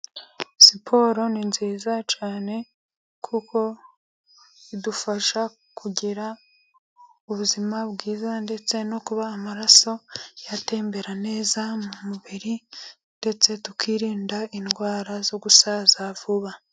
Siporo ni nziza cyane, kuko idufasha kugira ubuzima bwiza, ndetse no kuba amaraso yatembera neza mu mubiri, ndetse tukirinda indwara zo gusaza vuba.